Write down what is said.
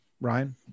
Ryan